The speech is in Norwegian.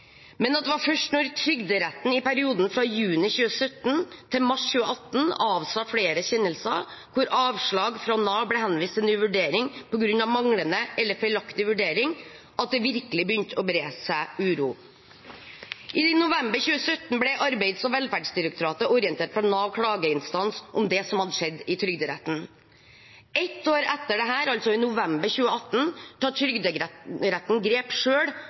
men at det var først da Trygderetten i perioden fra juni 2017 til mars 2018 avsa flere kjennelser hvor avslag fra Nav ble henvist til ny vurdering på grunn av manglende eller feilaktig vurdering, det virkelig begynte å bre seg uro. I november 2017 ble Arbeids- og velferdsdirektoratet orientert fra Nav klageinstans om det som hadde skjedd i Trygderetten. Ett år etter dette, altså i november 2018, tar Trygderetten grep